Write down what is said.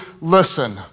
listen